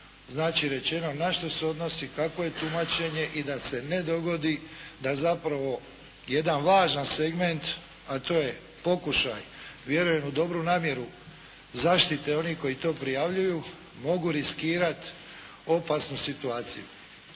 znači rečeno na što se odnosi, kakvo je tumačenje i da se ne dogodi da zapravo jedan važan segment, a to je pokušaj vjerujem u dobru namjeru zaštite onih koji to prijavljuju, mogu riskirati opasnu situaciju.